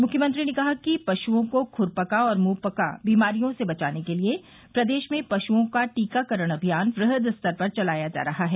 मुख्यमंत्री ने कहा कि पशुओं को खुरपका और मुंहपका बीमारियों से बचाने के लिए प्रदेश में पशुओं का टीकाकरण अमियान वृह्द स्तर पर चलाया जा रहा है